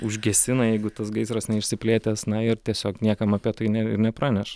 užgesina jeigu tas gaisras neišsiplėtęs na ir tiesiog niekam apie tai ne nepraneša